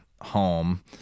home